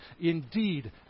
Indeed